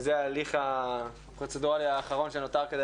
זה ההליך הפרוצדורלי האחרון שנותר כדי